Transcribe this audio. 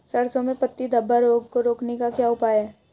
सरसों में पत्ती धब्बा रोग को रोकने का क्या उपाय है?